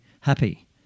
happy